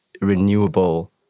renewable